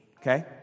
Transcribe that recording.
Okay